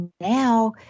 now